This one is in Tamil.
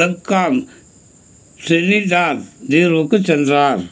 பெக்காம் டிரினிடாட் தீவுக்குச் சென்றார்